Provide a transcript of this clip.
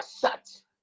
shut